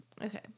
Okay